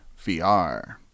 VR